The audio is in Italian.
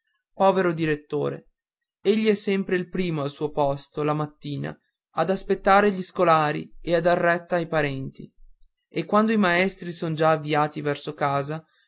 povero direttore egli è sempre il primo al suo posto la mattina a aspettare gli scolari e a dar retta ai parenti e quando i maestri son già avviati verso casa